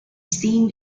steam